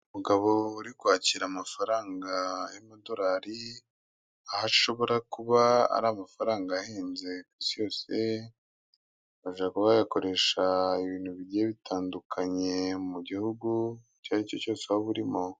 Umugabo uri kwakira amafaranga y'amadolari, aho ashobora kuba ari amafaranga ahenze ku isi yose, ubasha kuba wayakoresha ibintu bigiye bitandukanye, mu gihugu icyo ari cyo cyose waba urimo.